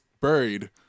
buried